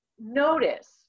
notice